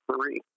three